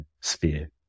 sphere